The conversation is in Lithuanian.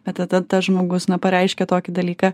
bet tada tas žmogus na pareiškia tokį dalyką